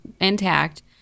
intact